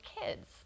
kids